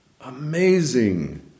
Amazing